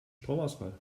stromausfall